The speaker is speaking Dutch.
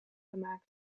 gemaakt